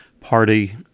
party